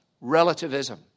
relativism